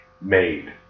made